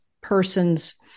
persons